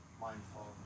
mindful